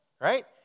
right